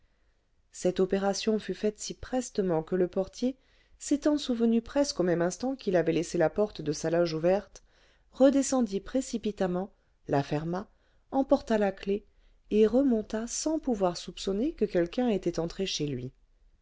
cette opération fut faite si prestement que le portier s'étant souvenu presque au même instant qu'il avait laissé la porte de sa loge ouverte redescendit précipitamment la ferma emporta la clef et remonta sans pouvoir soupçonner que quelqu'un était entré chez lui